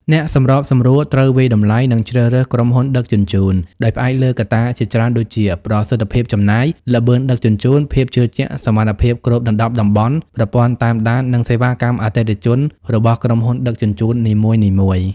អ្នកសម្របសម្រួលត្រូវវាយតម្លៃ និងជ្រើសរើសក្រុមហ៊ុនដឹកជញ្ជូន ដោយផ្អែកលើកត្តាជាច្រើនដូចជា ប្រសិទ្ធភាពចំណាយ ល្បឿនដឹកជញ្ជូន ភាពជឿជាក់ សមត្ថភាពគ្របដណ្តប់តំបន់ ប្រព័ន្ធតាមដាន និងសេវាកម្មអតិថិជនរបស់ក្រុមហ៊ុនដឹកជញ្ជូននីមួយៗ។